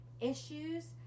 issues